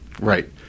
Right